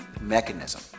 mechanism